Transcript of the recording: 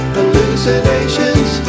hallucinations